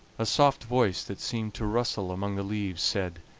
a soft voice, that seemed to rustle among the leaves, said